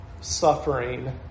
suffering